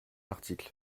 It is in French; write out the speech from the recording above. article